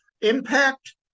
impact